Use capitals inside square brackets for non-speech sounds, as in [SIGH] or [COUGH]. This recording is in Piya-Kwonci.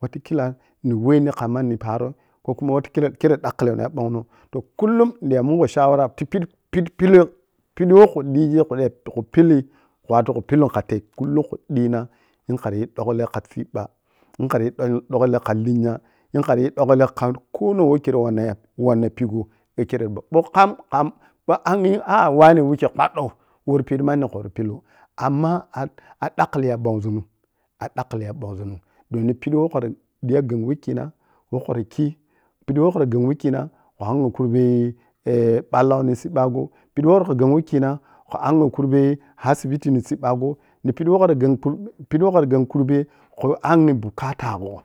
Watakila ni weh ni kha manni paro ko kuma wata kila khere dakkle noh ya ɓongnoh toh kullum nidiya mungho shawra tipidi pi-pi pidi kha pidi woh khu digi toh khu pilli wato khe pilgi kha tei kullum khe dii na yun khun yi dukkle ka siɓɓa mah khare yi ƌukkle ka lenya mah khar yi dukkle kha konong kirrei wanna-wanna pigho weh kerra ɓou kham-kham ɓou angyi [HESITATION] wikkei kpaddou worri pidi manni khu wori pillu’n amma a’dakkli-a dakklezun a’dakkli ya ɓongzun a'dakdli ya ɓongzun’m nipidi woh kha diya weh gheng wikina, woh khara khii pidi woh khra gheng wikina khu angye kurbe [HESITATION] balloni sibbagho pidi woh kha gheng wikina kha a’nkho kurbe asi biti ni sibbagho ni pidi woh khara gheng khun angyi bukaya gho